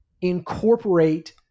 incorporate